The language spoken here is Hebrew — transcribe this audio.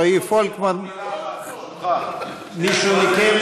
רועי פולקמן: מישהו מכם,